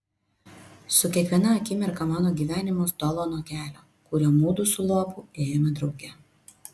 su kiekviena akimirka mano gyvenimas tolo nuo kelio kuriuo mudu su lopu ėjome drauge